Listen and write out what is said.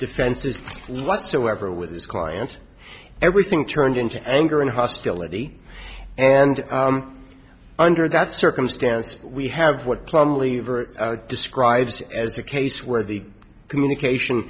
defenses whatsoever with his client everything turned into anger and hostility and under that circumstance we have what plumlee describes as a case where the communication